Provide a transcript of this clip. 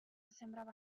sembrava